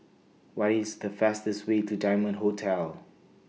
What IS The fastest Way to Diamond Hotel